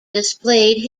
displayed